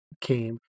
came